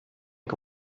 che